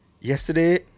yesterday